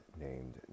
named